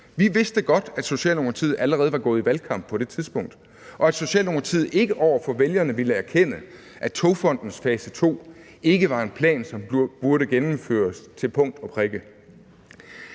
Vi vidste godt, at Socialdemokratiet allerede var gået i valgkamp på det tidspunkt, og at Socialdemokratiet over for vælgerne ikke ville erkende, at Togfondens fase to ikke var en plan, som burde gennemføres til punkt og prikke.